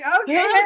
okay